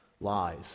Lies